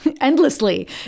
endlessly